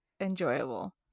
enjoyable